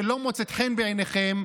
שלא מוצאת חן בעיניכם,